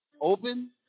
open